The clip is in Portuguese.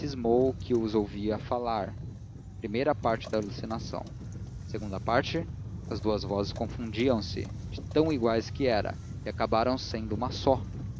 os ouvia falar primeira parte da alucinação segunda parte as duas vozes confundiam-se de tão iguais que eram e acabaram sendo uma só